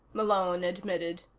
malone admitted.